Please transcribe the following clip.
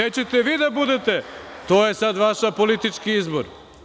A gde ćete vi da budete, to je sada vaš politički izbor.